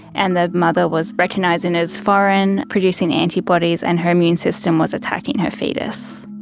and the mother was recognising it as foreign, producing antibodies and her immune system was attacking her foetus.